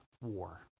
war